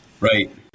Right